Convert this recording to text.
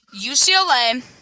UCLA